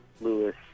Lewis